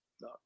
No